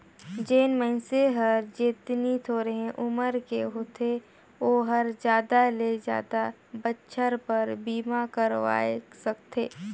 जेन मइनसे हर जेतनी थोरहें उमर के होथे ओ हर जादा ले जादा बच्छर बर बीमा करवाये सकथें